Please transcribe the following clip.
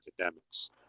academics